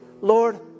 Lord